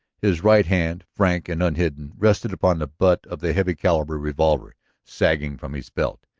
his right hand, frank and unhidden, rested upon the butt of the heavy-caliber revolver sagging from his belt.